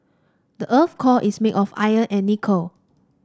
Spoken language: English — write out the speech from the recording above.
the earth core is made of iron and nickel